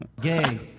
Gay